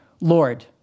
Lord